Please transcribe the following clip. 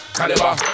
caliber